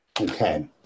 Okay